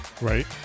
Right